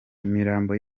imirambo